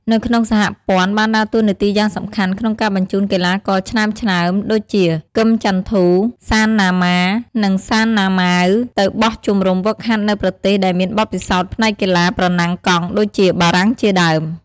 នៅក្នុងសហព័ន្ធបានដើរតួនាទីយ៉ាងសំខាន់ក្នុងការបញ្ជូនកីឡាករឆ្នើមៗដូចជា គឹម ចាន់ធូ, សាន ណាម៉ា, និង សាន ណាម៉ាវ ទៅបោះជំរំហ្វឹកហាត់នៅប្រទេសដែលមានបទពិសោធន៍ផ្នែកកីឡាប្រណាំងកង់ដូចជា បារាំងជាដើម។